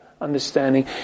understanding